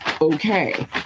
okay